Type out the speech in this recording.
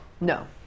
no